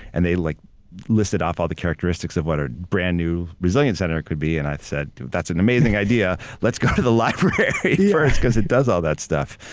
and they like listed off all the characteristics of what a brand new resilient center could be. and i said, that's an amazing idea. let's go to the library first because it does all that stuff.